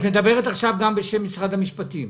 את מדברת עכשיו גם בשם משרד המשפטים.